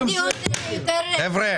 --- אני דווקא רציתי דיון יותר --- חבר'ה,